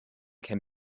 can